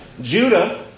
Judah